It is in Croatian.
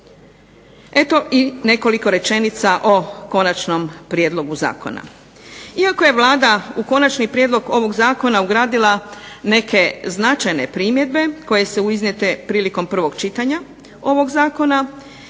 Eto i nekoliko rečenica o konačnom prijedlogu zakona. Iako je Vlada u končani prijedlog ovog zakona ugradila neke značajne primjedbe koje su iznijete prilikom prvog čitanja ovog zakona,